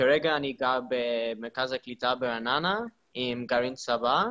זה מה שיוצא מכול הסיפור שקרה לי שיש קצת בעיות עם הבירוקרטיה בצבא.